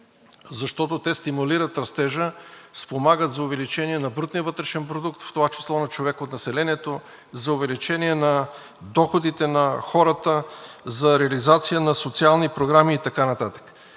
Защото те стимулират растежа, спомагат за увеличение на брутния вътрешен продукт, в това число на човек от населението за увеличение на доходите на хората, за реализация на социални програми и така нататък.